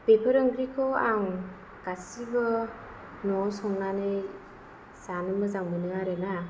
बेफोर ओंख्रिखौ आं गासैबो न'आव संनानै जानो मोजां मोनो आरोना